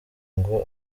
ngo